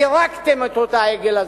מירקתם את אותו עגל,